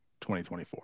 2024